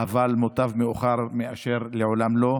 אבל מוטב מאוחר מאשר לעולם לא.